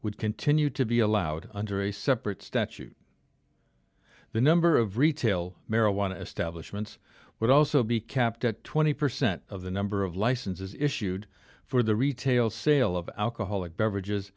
would continue to be allowed under a separate statute the number of retail marijuana establishments would also be capped at twenty percent of the number of licenses issued for the retail sale of alcoholic beverages